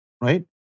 right